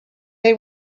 they